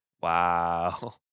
Wow